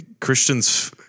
Christians